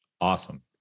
Awesome